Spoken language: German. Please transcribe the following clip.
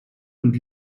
und